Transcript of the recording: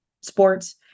sports